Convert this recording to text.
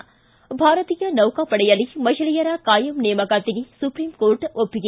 ಿ ಭಾರತೀಯ ನೌಕಾಪಡೆಯಲ್ಲಿ ಮಹಿಳೆಯರ ಕಾಯಂ ನೇಮಕಾತಿಗೆ ಸುಪ್ರೀಂಕೋರ್ಟ್ ಒಪ್ಪಿಗೆ